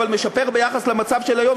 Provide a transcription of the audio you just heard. משפר ביחס למצב של היום,